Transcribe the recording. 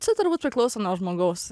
čia turbūt priklauso nuo žmogaus